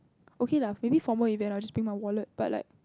okay lah maybe from where which I just bring my wallet but like